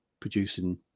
producing